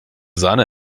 sahne